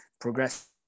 progress